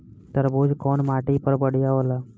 तरबूज कउन माटी पर बढ़ीया होला?